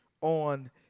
on